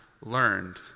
learned